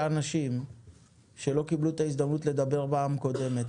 אנשים שלא קיבלו את ההזדמנות לדבר בפעם הקודמת